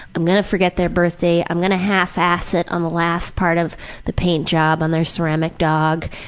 i'm going to forget their birthday. i'm going to half-ass it on the last part of the paint job on their ceramic dog.